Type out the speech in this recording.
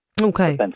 Okay